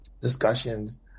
discussions